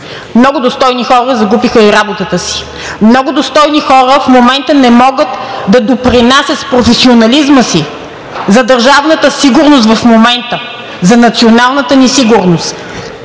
Много достойни хора загубиха и работата си. Много достойни хора в момента не могат да допринасят с професионализма си за държавната сигурност, за националната ни сигурност,